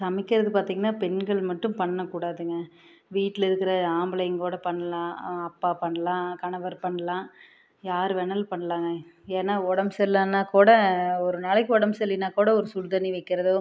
சமைக்கிறது பார்த்திங்கனா பெண்கள் மட்டும் பண்ணக்கூடாதுங்க வீட்டில் இருக்கிற ஆம்பளைங்க கூட பண்ணலாம் அப்பா பண்ணலாம் கணவர் பண்ணலாம் யார் வேணாலும் பண்ணலாம்ங்க ஏன்னா உடம்பு சரியில்லனா கூட ஒரு நாளைக்கு உடம்பு சரியில்லைனா கூட ஒரு சூடு தண்ணி வைக்கிறதோ